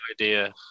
idea